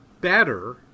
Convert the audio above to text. better